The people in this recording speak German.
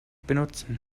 benutzen